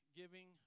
giving